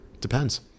Depends